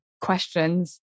questions